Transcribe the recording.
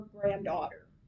granddaughter